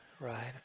right